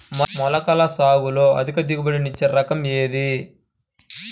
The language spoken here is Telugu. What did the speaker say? మొలకల సాగులో అధిక దిగుబడి ఇచ్చే రకం ఏది?